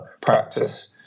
practice